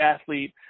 athlete